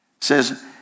says